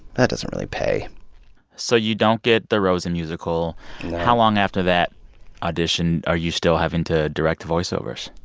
that doesn't really pay so you don't get the rosie musical how long after that audition are you still having to direct voice-overs?